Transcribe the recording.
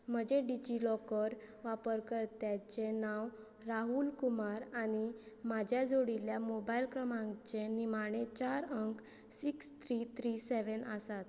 म्हजें DigiLocker वापरकर्त्याचे नांव राहुल कुमार आनी म्हाज्या जोडिल्ल्या मोबायल क्रमांकचे निमाणे चार अंक सिक्स थ्री थ्री सॅवेन आसात